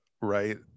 right